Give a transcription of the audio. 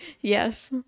Yes